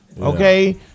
Okay